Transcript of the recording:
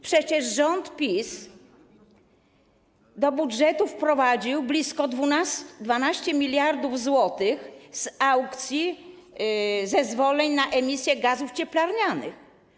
Przecież rząd PiS do budżetu wprowadził blisko 12 mld zł z aukcji zezwoleń na emisję gazów cieplarnianych.